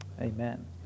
Amen